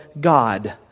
God